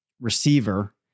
receiver